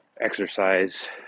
exercise